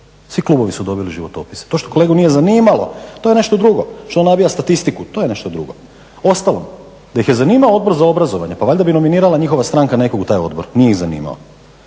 Svi klubovi su dobili životopise. To što kolegu nije zanimalo to je nešto drugo, što on nabija statistiku, to je nešto drugo. Uostalom, da ih je zanimao Odbor za obrazovanje pa valjda bi nominirala njihova stranka nekog u taj odbor. Nije ih zanimao.